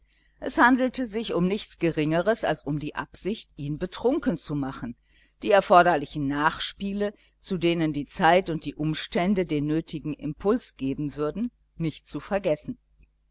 es handelte sich um nichts geringeres als um die absicht ihn betrunken zu machen die erforderlichen nachspiele zu denen die zeit und die umstände den nötigen impuls geben würden nicht zu vergessen